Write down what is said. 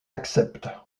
accepte